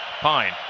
Pine